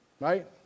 right